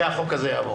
והחוק הזה יעבור.